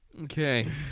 Okay